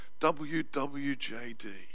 WWJD